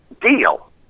deal